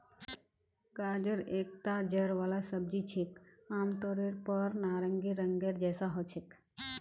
गाजर एकता जड़ वाला सब्जी छिके, आमतौरेर पर नारंगी रंगेर जैसा ह छेक